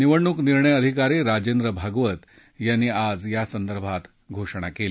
निवडणूक निर्णय अधिकारी राजेंद्र भागवत यांनी आज यासंबंधी घोषणा केली